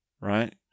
right